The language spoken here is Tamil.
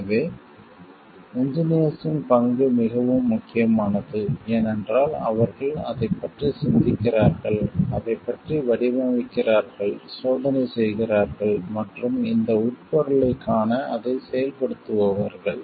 எனவே இன்ஜினியர்ஸ்ன் பங்கு மிகவும் முக்கியமானது ஏனென்றால் அவர்கள் அதைப் பற்றி சிந்திக்கிறார்கள் அதைப் பற்றி வடிவமைக்கிறார்கள் சோதனை செய்கிறார்கள் மற்றும் இந்த உட்பொருளைக் காண அதை செயல்படுத்துபவர்கள்